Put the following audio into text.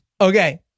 Okay